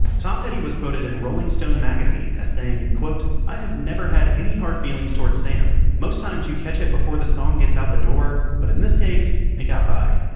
tom petty was quoted in rolling stone magazine as saying, quote i have never had any hard feelings towards sam, most times you catch it before the song gets out the door but in this case it got by.